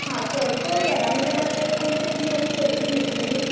हां चड चड घेता म्हटल्यार पयशे बीन कमी करतली न्ही तुमी